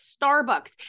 Starbucks